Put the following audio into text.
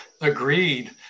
agreed